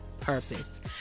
purpose